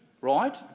right